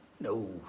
No